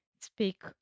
speak